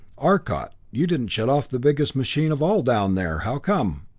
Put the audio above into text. arcot, you didn't shut off the biggest machine of all down there. how come?